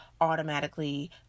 automatically